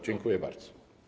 Dziękuję bardzo.